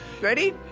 ready